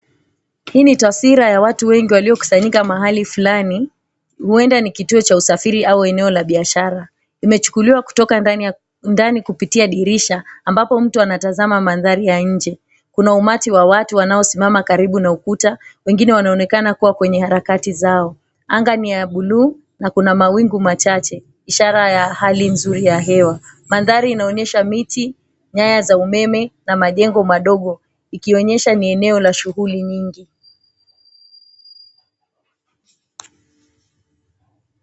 Hii ni taswira ya watu wengi waliokusanyika mahali fulani, huenda ni kituo cha usafiri au eneo la biashara. Imechukuliwa kutoka ndani kupitia dirisha, ambapo mtu anatazama mandhari ya nje. Kuna umati wa watu wanaosimama karibu na ukuta wengine wanaonekana kuwa kwenye harakati zao. Anga ni ya buluu na kuna mawingu machache, ishara ya hali nzuri ya hewa. Mandhari inaonyesha miti nyaya za umeme na majengo madogo, ikionyesha ni eneo la shughuli nyingi.